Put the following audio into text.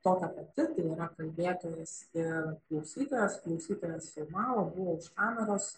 tokia pati tai yra kalbėtojas ir klausytojas klausytojas filmavo buvo už kametos